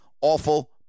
awful